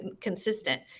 consistent